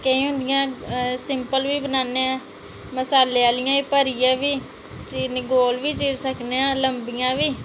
केईं होंदियां सिंपल बी बनाने मसाले आह्लियां बी भरियै बी गोल बी चीरी सकने आं ते लम्मियां बी